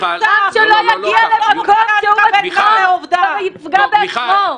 עם שלא יגיע למקום שהוא בעצמו יפגע בעצמו.